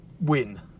win